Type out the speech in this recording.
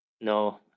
no